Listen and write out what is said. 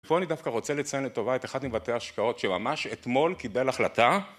פה אני דווקא רוצה לציין לטובה את אחד מבתי השקעות שממש אתמול קיבל החלטה